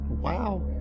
Wow